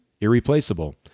irreplaceable